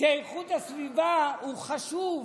שאיכות הסביבה היא חשובה.